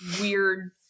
weird